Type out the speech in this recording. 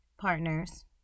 partners